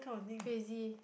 crazy